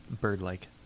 bird-like